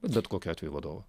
bet bet kokiu atveju vadovo